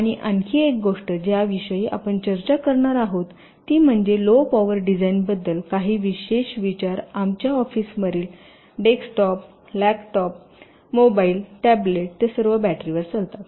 आणि आणखी एक गोष्ट ज्याविषयी आपण चर्चा करणार आहात ती म्हणजे लो पॉवर डिझाइनबद्दल काही विशेष विचार आमच्या ऑफिसवरील डेस्कटॉप लॅपटॉप मोबाईल टॅब्लेट ते सर्व बॅटरीवर चालतात